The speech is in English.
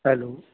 hello